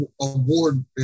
award